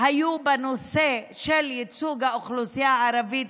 היו בנושא של ייצוג האוכלוסייה הערבית